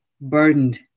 burdened